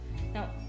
Now